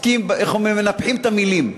מנפחים את המילים.